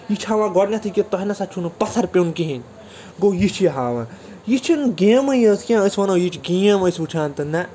یہِ چھِ ہاوان گۄڈٕنٮ۪تھٕے کہِ تۄہہِ نسا چھُو نہٕ پتھر پٮ۪وُن کِہیٖنٛۍ گوٚو یہِ چھِ یہِ ہاوان یہِ چھنہٕ گیٚمٕے یٲژ کیٚنٛہہ أسۍ وَنَو یہِ چھِ گیم أسۍ وُچھان تہٕ نہَ